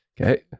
okay